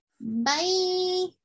Bye